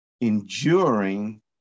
enduring